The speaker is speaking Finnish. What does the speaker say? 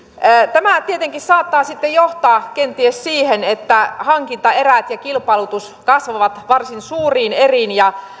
tämä tietenkin saattaa sitten johtaa kenties siihen että hankintaerät ja kilpailutus kasvavat varsin suuriin eriin ja